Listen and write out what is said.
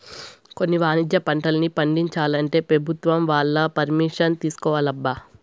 కొన్ని వాణిజ్య పంటల్ని పండించాలంటే పెభుత్వం వాళ్ళ పరిమిషన్ తీసుకోవాలబ్బా